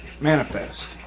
Manifest